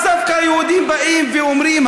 אז דווקא היהודים באים ואומרים,